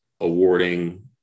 awarding